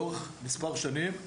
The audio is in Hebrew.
לאורך מספר שנים,